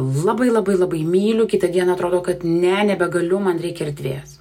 labai labai labai myliu kitą dieną atrodo kad ne nebegaliu man reikia erdvės